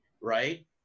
right